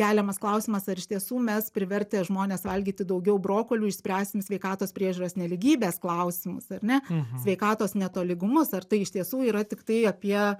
keliamas klausimas ar iš tiesų mes privertę žmones valgyti daugiau brokolių išspręsim sveikatos priežiūros nelygybės klausimus ar ne sveikatos netolygumus ar tai iš tiesų yra tiktai apie